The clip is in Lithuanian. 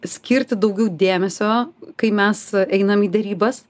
skirti daugiau dėmesio kai mes einam į derybas